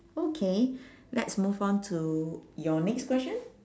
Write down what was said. okay let's move on to your next question